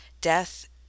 death